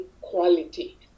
quality